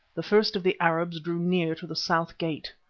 the first of the arabs drew near to the south gate.